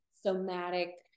Somatic